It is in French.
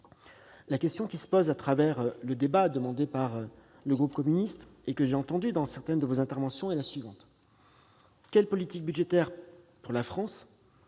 La question qui se pose à travers votre débat demandé par le groupe CRCE, et que j'ai entendue dans certaines de vos interventions, est la suivante : quelle politique budgétaire devrait être